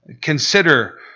Consider